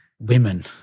women